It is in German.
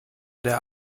der